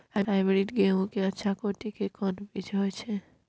Hybrid गेहूं के अच्छा कोटि के कोन बीज होय छै?